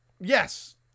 Yes